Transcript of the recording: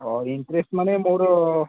অ interest মানে মোৰ